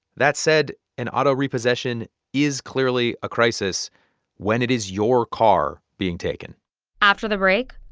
that said, an auto repossession is clearly a crisis when it is your car being taken after the break,